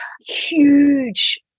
huge